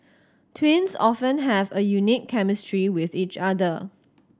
twins often have a unique chemistry with each other